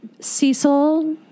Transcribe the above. Cecil